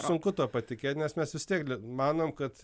sunku tuo patikėt nes mes vis tiek manom kad